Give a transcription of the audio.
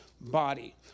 body